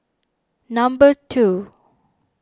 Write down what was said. number two